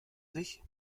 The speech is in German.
sich